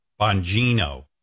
Bongino